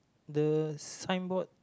the sign board